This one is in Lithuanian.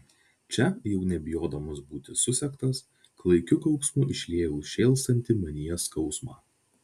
čia jau nebijodamas būti susektas klaikiu kauksmu išliejau šėlstantį manyje skausmą